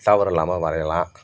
தவறு இல்லாமல் வரையலாம்